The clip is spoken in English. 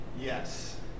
yes